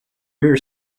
rear